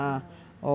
ya